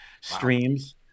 streams